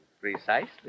Precisely